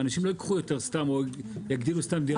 אנשים לא ייקחו יותר סתם או יגדילו סתם דירה.